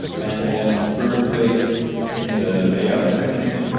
and then on the first page in the layout section,